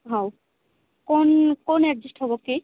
ହଉ କୋନ୍ କୋନ୍ ଆଡଜେଷ୍ଟ ହେବ କି